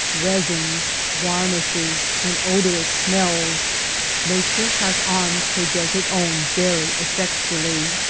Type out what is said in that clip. resins, varnishes and odorous smells nature has armed her desert own very effectually.